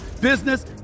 business